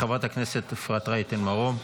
אני מזמין את חברת הכנסת אפרת רייטן מרום.